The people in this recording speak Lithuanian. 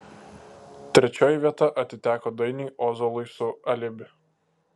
trečioji vieta atiteko dainiui ozolui su alibi